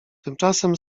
tymczasem